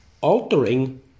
altering